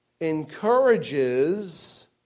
encourages